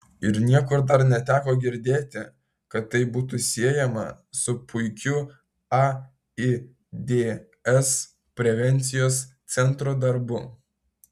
ir niekur dar neteko girdėti kad tai būtų siejama su puikiu aids prevencijos centro darbu